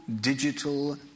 digital